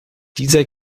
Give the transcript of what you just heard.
dieser